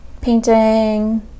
painting